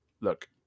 look